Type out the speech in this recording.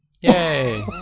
Yay